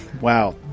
Wow